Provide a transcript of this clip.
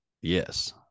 Yes